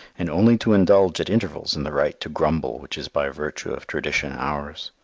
and only to indulge at intervals in the right to grumble which is by virtue of tradition ours.